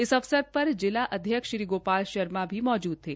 इस अवसर पर जिला अध्यक्ष श्री गोपाल शर्मा भी मौजूद थे